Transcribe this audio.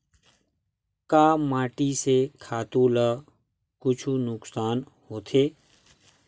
का माटी से खातु ला कुछु नुकसान होथे?